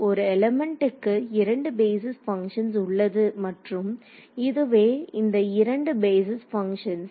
ஒரு எலிமெண்ட்டுக்கு இரண்டு பேஸிஸ் பங்க்ஷன்ஸ் உள்ளது மற்றும் இதுவே இந்த இரண்டு பேஸிஸ் பங்க்ஷன்ஸ்